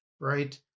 right